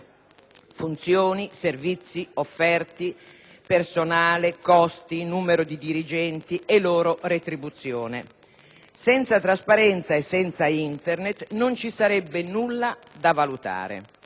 Funzioni, servizi offerti, personale, costi, numero dei dirigenti e loro retribuzione: senza trasparenza e senza Internet non ci sarebbe nulla da valutare.